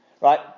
right